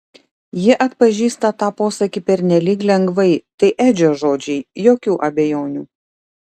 ji atpažįsta tą posakį pernelyg lengvai tai edžio žodžiai jokių abejonių